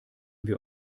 wir